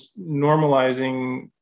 normalizing